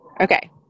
Okay